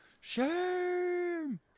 Shame